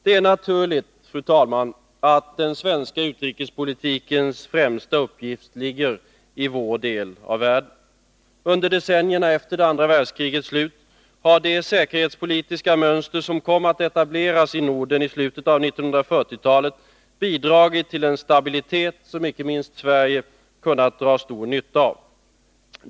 Det är naturligt, fru talman, att den svenska utrikespolitikens främsta uppgifter ligger i vår del av världen. Under decennierna efter andra världskrigets slut har det säkerhetspolitiska mönster som kom att etableras i Norden i slutet av 1940-talet bidragit till en stabilitet som icke minst Sverige har kunnat dra nytta av.